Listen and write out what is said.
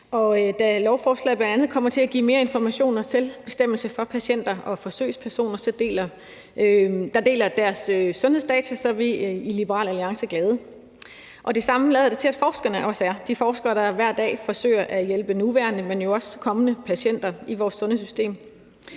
da lovforslaget bl.a. kommer til at give mere information og selvbestemmelse til patienter og forsøgspersoner, der deler deres sundhedsdata, så er vi i Liberal Alliance glade. Det samme lader det til at forskerne også er, altså de forskere, der hver dag forsøger at hjælpe nuværende, men jo også kommende patienter, i vores sundhedssystem.